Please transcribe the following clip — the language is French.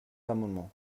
amendements